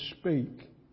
speak